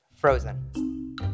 frozen